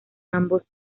ambos